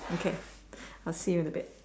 okay I'll see you in a bit